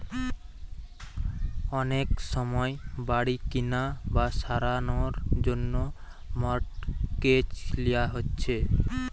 অনেক সময় বাড়ি কিনা বা সারানার জন্যে মর্টগেজ লিয়া হচ্ছে